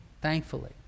thankfully